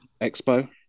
Expo